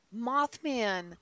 Mothman